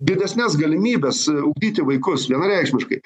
didesnes galimybes ugdyti vaikus vienareikšmiškai